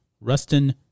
Rustin